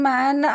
Man